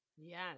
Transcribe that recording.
yes